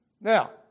Now